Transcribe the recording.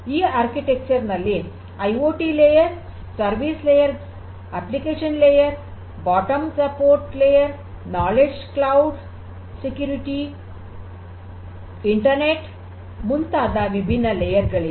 ಈ ವಾಸ್ತುಶಿಲ್ಪದಲ್ಲಿ IoT layer service layer application layer bottom support layer knowledge cloud security internet ಮುಂತಾದ ವಿಭಿನ್ನ layer ಗಳಿವೆ